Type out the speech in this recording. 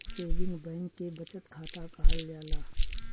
saving bank के बचत खाता कहल जाला